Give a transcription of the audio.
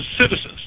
citizens